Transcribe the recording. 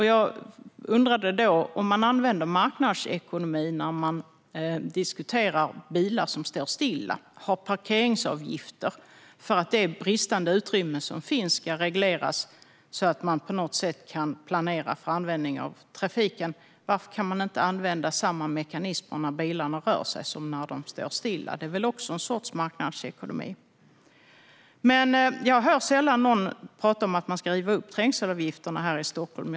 Jag undrade då: Om man använder marknadsekonomi när man diskuterar bilar som står stilla och har parkeringsavgifter för att det bristande utrymme som finns ska regleras så att man kan planera trafiken, varför kan man inte använda samma mekanism när bilarna rör sig? Det är väl också en sorts marknadsekonomi. Jag hör sällan någon tala om att man ska riva upp trängselavgifterna här i Stockholm.